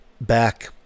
back